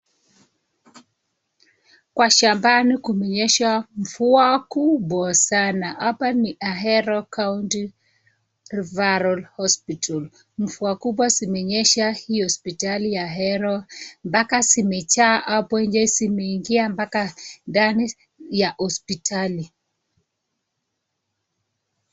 Kwa shambani kumenyesha mvua kubwa sana. Hapa ni Ahero County refferal Hopsital. Mvua kubwa zimenyesha hii hospitali ya Ahero mpaka zimejaa hapo nje zimeingia mpaka ndani ya hospitali.